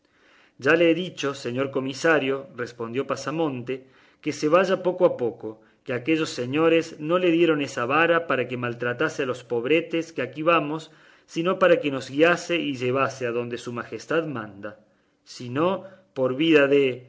ya le he dicho señor comisario respondió pasamonte que se vaya poco a poco que aquellos señores no le dieron esa vara para que maltratase a los pobretes que aquí vamos sino para que nos guiase y llevase adonde su majestad manda si no por vida de